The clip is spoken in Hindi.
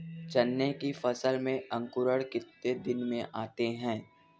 चना की फसल में अंकुरण कितने दिन में आते हैं?